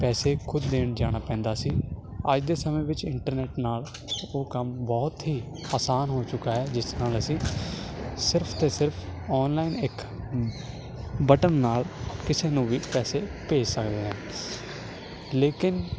ਪੈਸੇ ਖੁਦ ਦੇਣ ਜਾਣਾ ਪੈਂਦਾ ਸੀ ਅੱਜ ਦੇ ਸਮੇਂ ਵਿੱਚ ਇੰਟਰਨੈਟ ਨਾਲ ਉਹ ਕੰਮ ਬਹੁਤ ਹੀ ਆਸਾਨ ਹੋ ਚੁੱਕਾ ਹੈ ਜਿਸ ਨਾਲ ਅਸੀਂ ਸਿਰਫ਼ ਅਤੇ ਸਿਰਫ਼ ਆਨਲਾਈਨ ਇੱਕ ਬਟਨ ਨਾਲ ਕਿਸੇ ਨੂੰ ਵੀ ਪੈਸੇ ਭੇਜ ਸਕਦੇ ਹਾਂ ਲੇਕਿਨ